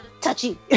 touchy